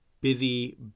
busy